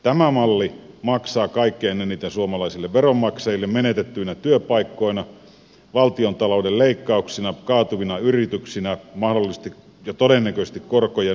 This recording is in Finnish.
tämä malli maksaa kaikkein eniten suomalaisille veronmaksajille menetettyinä työpaikkoina valtiontalouden leikkauksina kaatuvina yrityksinä mahdollisesti ja todennäköisesti korkojen nousuna